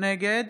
נגד